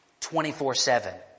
24-7